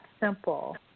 simple